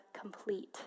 complete